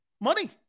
Money